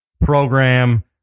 program